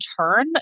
turn